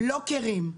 לוקרים,